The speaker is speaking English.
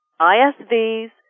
ISVs